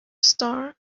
star